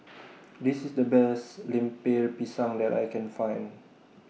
This IS The Best Lemper Pisang that I Can Find